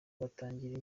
batangira